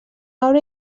obra